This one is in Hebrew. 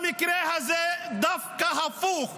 במקרה הזה זה דווקא הפוך.